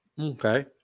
okay